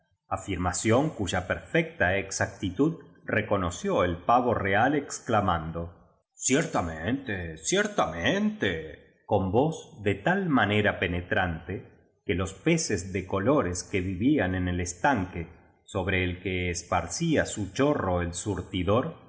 afirmación cuya perfecta exactitud reconoció el pavo real exclamando cier tamente ciertamente con voz de tal manera penetrante que los peces de colores que vivían en el estanque sobre el que es parcía su chorro el surtidor